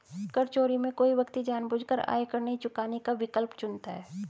कर चोरी में कोई व्यक्ति जानबूझकर आयकर नहीं चुकाने का विकल्प चुनता है